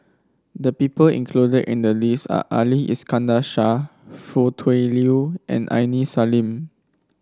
the people included in the list are Ali Iskandar Shah Foo Tui Liew and Aini Salim